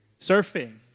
surfing